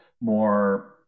more